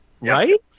right